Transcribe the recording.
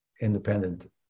independent